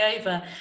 over